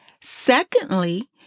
Secondly